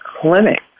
clinic